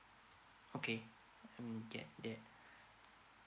okay mm get that